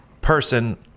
person